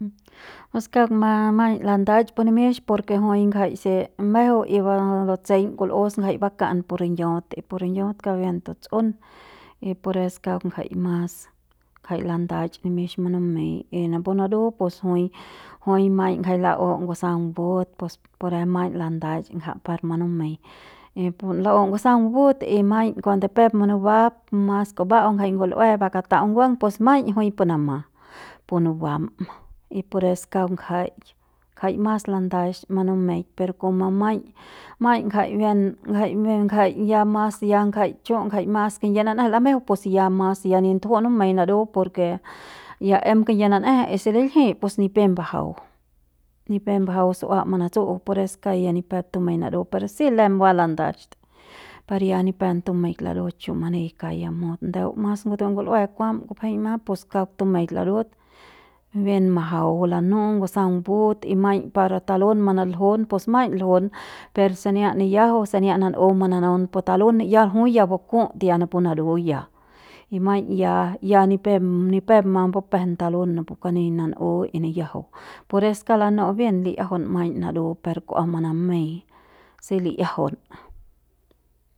Pua kauk ma maiñ landach pu nimix por ke jui ngjai se mejeu y batseiñ kul'us ngjai bakat pu ringiaut y pu rigniaut kauk bien tuts'un y pures kauk ngjai mas ngjai landach nimix manamei y napu naru pus jui, jui maiñ jai la'u ngusaung but pures maiñ landach ngja par munumei y pun la'u ngusaung but y maiñ kuande peruk munuba mas nguba'au jai ngul'ue bakatau nguang pus maiñ jui pu nama punu bam y pure kauk ngjai ngjai mas landax manumeik per koma maiñ maiñ ngjai bien ngjai bien ngjai ya mas ngjai chu ngjai mas kingie nan'eje lamejeu pus ya mas ni tuju'u munumei naru por ke ya em kingiep nan'eje y si liljiñ ni pep mbajau ni pep mbajau su'ua manatsu'u pures kauk ya ni pep tumei naru per si lem ba landach per ya ni pep tumeik larut chumani kauk ya mut ndeu mas ngutue ngul'ue kuam kupjema pus kauk tumeik larut bien majau pu lanu'ut ngusaung but y maiñ para talun manaljun pus maiñ ljun per sania nikiajau o sania nan'u mananaun pu talun ya jui ya bakut ya napu naru ya y maiñ ya ya ni pep ni pep ma mbupjen talun napu kani nan'u y nikiajau pures kauk lanu'u bien li'iajaun maiñ naru par kua manamei si li'iajaun.